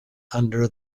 under